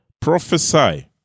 prophesy